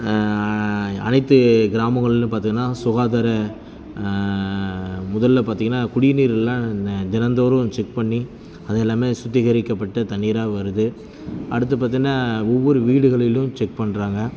அனைத்து கிராமங்களிலும் பார்த்திங்கன்னா சுகாதார முதலில் பார்த்திங்கன்னா குடி நீர்லாம் தினந்தோறும் செக் பண்ணி அது எல்லாமே சுத்திகரிக்கப்பட்டு தண்ணீராக வருது அடுத்து பார்த்தீனா ஒவ்வொரு வீடுகளிலும் செக் பண்ணுறாங்க